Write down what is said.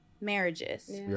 Marriages